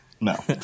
no